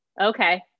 Okay